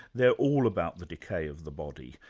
they're all about the decay of the body,